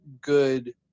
good